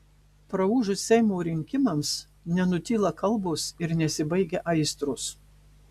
praūžus seimo rinkimams nenutyla kalbos ir nesibaigia aistros